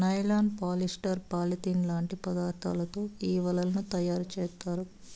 nylon, polyester, polythene లాంటి పదార్థాలతో ఈ వలలను తయారుచేత్తారు